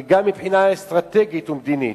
וגם מבחינה אסטרטגית ומדינית.